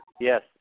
Yes